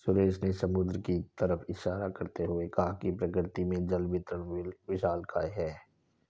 सुरेश ने समुद्र की तरफ इशारा करते हुए कहा प्रकृति में जल वितरण विशालकाय है